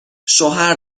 شوهر